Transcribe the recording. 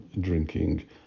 drinking